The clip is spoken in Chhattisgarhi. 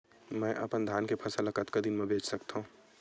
मैं अपन धान के फसल ल कतका दिन म बेच सकथो?